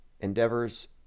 Endeavors